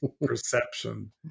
perception